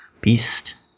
Beast